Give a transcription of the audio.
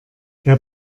der